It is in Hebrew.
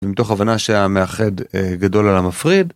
ומתוך הבנה שהמאחד גדול על המפריד.